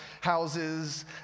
houses